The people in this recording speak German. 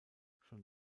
schon